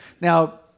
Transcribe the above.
Now